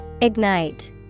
Ignite